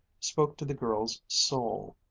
spoke to the girl's soul.